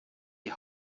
die